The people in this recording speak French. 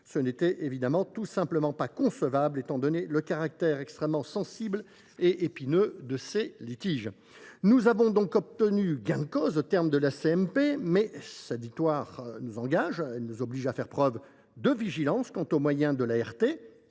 Ce n’était tout simplement pas concevable étant donné le caractère extrêmement sensible et épineux de ces litiges. Nous avons obtenu gain de cause au terme de la CMP, mais cette victoire nous engage. Elle nous oblige à faire preuve de vigilance sur les moyens de l’ART